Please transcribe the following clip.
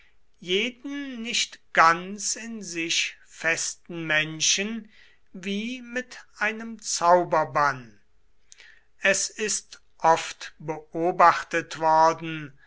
jeden nicht ganz in sich festen menschen wie mit einem zauberbann es ist oft beobachtet worden